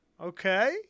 Okay